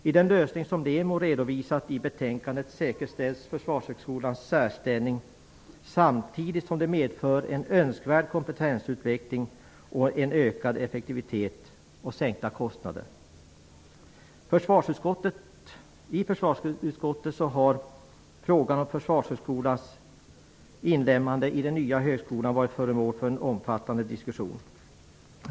Genom den lösning som föreslås av LEMO och som redovisas i betänkandet säkerställs Försvarshögskolans särställning samtidigt som det medför en önskvärd kompetensutveckling, en ökad effektivitet och sänkta kostnader. I försvarsutskottet har frågan om Försvarshögskolans inlemmande i den nya högskolan varit föremål för en omfattande diskussion.